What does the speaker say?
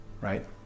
right